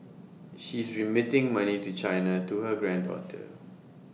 she's remitting money to China to her granddaughter